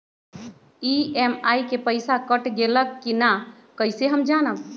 EMI के पईसा कट गेलक कि ना कइसे हम जानब?